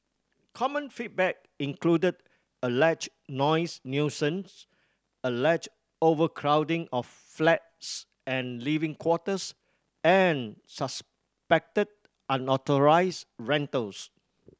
common feedback included alleged noise nuisance alleged overcrowding of flats and living quarters and suspected unauthorised rentals